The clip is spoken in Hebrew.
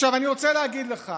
אני רוצה להגיד לך